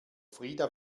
frida